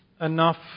enough